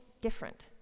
different